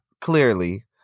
clearly